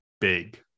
big